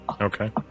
Okay